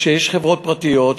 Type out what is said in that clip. שפועלות בהן חברות פרטיות,